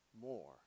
more